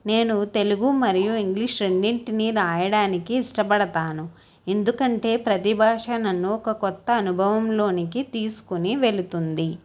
నేను తెలుగు మరియు ఇంగ్లీష్ రెండింటినీ రాయడానికి ఇష్టపడతాను ఎందుకంటే ప్రతి భాష నన్ను ఒక కొత్త అనుభవంలోనికి తీసుకుని వెలుతుంది